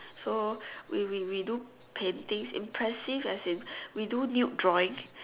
so we we we do painting impressive as in we do nude drawings